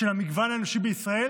של המגוון האנושי בישראל,